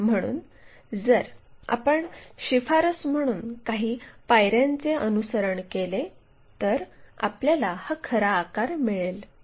म्हणून जर आपण शिफारस म्हणून काही पायऱ्यांचे अनुसरण केले तर आपल्याला हा खरा आकार मिळेल